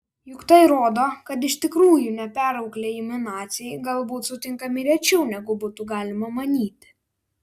juk tai rodo kad iš tikrųjų neperauklėjami naciai galbūt sutinkami rečiau negu būtų galima manyti